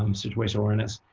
um situational awareness.